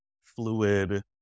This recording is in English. fluid